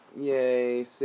Yay